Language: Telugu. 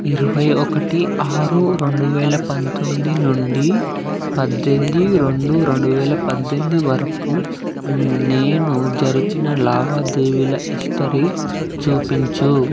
ఇరవై ఒకటి ఆరు రెండు వేల పంతొమ్మిది నుండి పద్దెంది రెండు రెండు వేల పద్దెంది వరకు నేను జరిపిన లావాదేవీల హిస్టరీ చూపించు